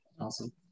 awesome